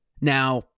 Now